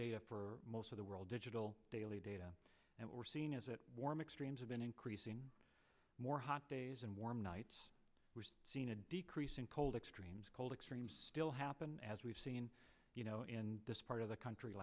data for most of the world digital daily data and we're seeing as it warm extremes have been increasing more hot days and warm nights we've seen a decrease in cold extremes cold extremes still happen as we've seen you know in this part of the country